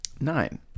Nine